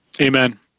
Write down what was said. Amen